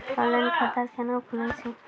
Online खाता केना खुलै छै?